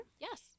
Yes